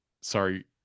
sorry